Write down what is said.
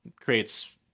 creates